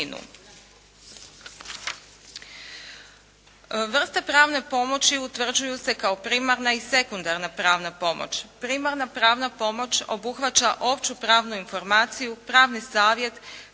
Vrste pravne pomoći utvrđuju se kao primarna i sekundarna pravna pomoć. Primarna pravna pomoć obuhvaća opću pravnu informaciju, pravni savjet,